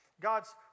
God's